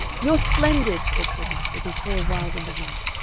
you're splendid! said teddy, with his hair wild in the wind.